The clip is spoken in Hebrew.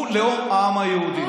הוא לאום העם היהודי.